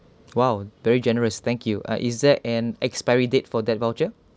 !wow! very generous thank you uh is there an expiry date for that voucher